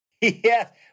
Yes